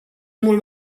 mult